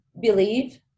believe